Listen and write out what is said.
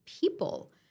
people